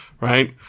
Right